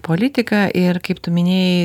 politiką ir kaip tu minėjai